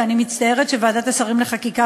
ואני מצטערת שוועדת השרים לחקיקה